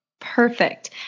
Perfect